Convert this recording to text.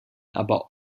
aber